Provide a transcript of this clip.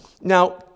Now